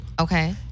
Okay